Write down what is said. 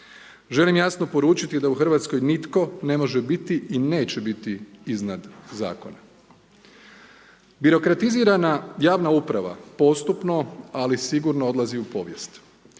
Želim jasno poručiti da u Hrvatskoj nitko ne može biti i neće biti iznad zakona. Birokratizirana javna uprava postupno, ali sigurno odlazi u povijest.